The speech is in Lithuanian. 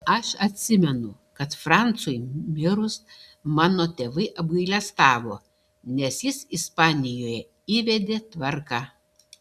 aš atsimenu kad francui mirus mano tėvai apgailestavo nes jis ispanijoje įvedė tvarką